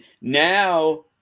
now